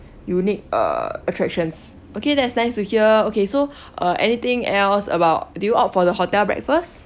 unique uh attractions okay that's nice to hear okay so uh anything else about did you opt for the hotel breakfast